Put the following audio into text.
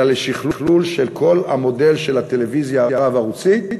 אלא לשכלול כל המודל של הטלוויזיה הרב-ערוצית,